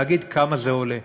להגיד כמה זה עולה.